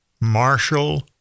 Marshall